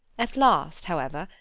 at last, however,